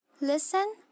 Listen